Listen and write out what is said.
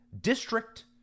district